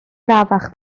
arafach